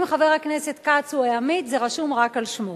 אם חבר הכנסת כץ הוא העמית, זה רשום רק על שמו.